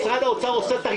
משרד ראש הממשלה,